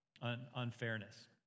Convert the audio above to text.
unfairness